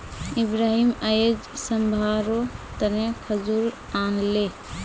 इब्राहिम अयेज सभारो तने खजूर आनले